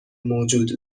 موجود